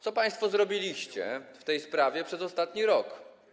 Co państwo zrobiliście w tej sprawie przez ostatni rok?